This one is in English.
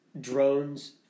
drones